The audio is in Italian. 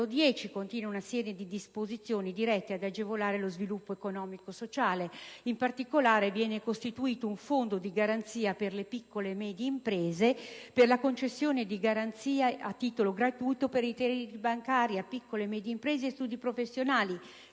L'articolo 10 contiene una serie di disposizioni volte ad agevolare lo sviluppo economico e sociale. In particolare, viene costituito un fondo di garanzia per la concessione di garanzie a titolo gratuito per i crediti bancari a piccole e medie imprese e studi professionali